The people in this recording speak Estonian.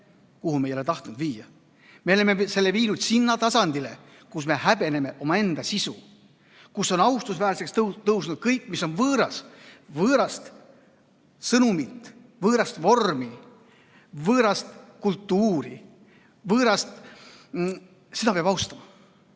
kuhu me ei ole tahtnud viia. Me oleme selle viinud sinna tasandile, kus me häbeneme omaenda sisu, kus on austusväärseks tõusnud kõik, mis on võõras. Võõrast sõnumit, võõrast vormi, võõrast kultuuri peab austama,